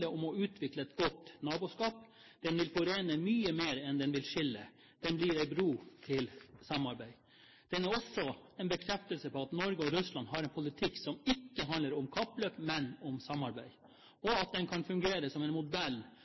om å utvikle et godt naboskap. Den vil forene mye mer enn den vil skille, og den blir ei bru til samarbeid. Den er også en bekreftelse på at Norge og Russland har en politikk som ikke handler om kappløp, men om samarbeid. Og at den kan fungere som en modell